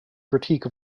critique